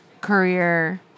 career